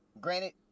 granted